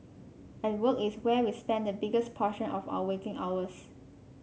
and work is where we spend the biggest portion of our waking hours